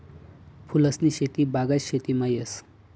फूलसनी शेती बागायत शेतीमा येस